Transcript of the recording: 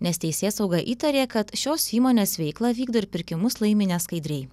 nes teisėsauga įtarė kad šios įmonės veiklą vykdo ir pirkimus laimi neskaidriai